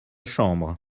chambre